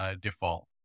default